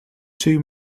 two